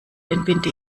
entbinde